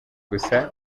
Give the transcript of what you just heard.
gusa